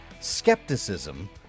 skepticism